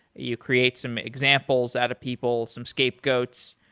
you create some examples out of people, some scapegoats.